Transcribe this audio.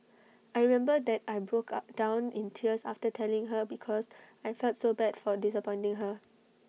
I remember that I broke up down in tears after telling her because I felt so bad for disappointing her